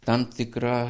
tam tikra